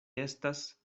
estas